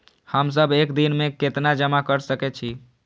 हम सब एक दिन में केतना जमा कर सके छी?